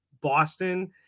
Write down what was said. Boston